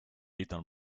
eaten